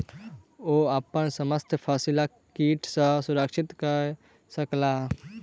ओ अपन समस्त फसिलक कीट सॅ सुरक्षित कय सकला